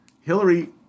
Hillary